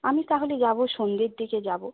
আমি তাহলে যাব সন্ধ্যের দিকে যাব